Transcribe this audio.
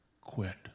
quit